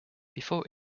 before